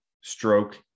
stroke